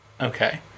okay